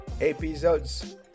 episodes